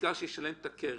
העיקר שישלם את הקרן.